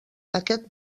aquest